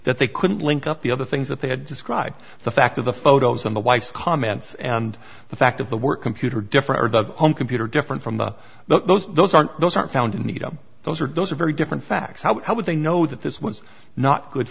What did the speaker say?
that they couldn't link up the other things that they had described the fact of the photos and the wife's comments and the fact of the work computer different home computer different from the those those aren't those aren't found in needham those are those are very different facts how would they know that this was not good